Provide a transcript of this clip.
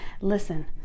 listen